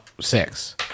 Six